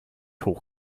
hoch